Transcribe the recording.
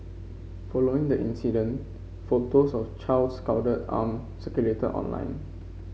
following the incident photos of the child's scalded arm circulated online